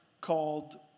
called